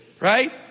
Right